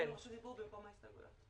הרי זו כוונתם.